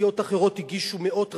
סיעות אחרות הגישו מאות רבות.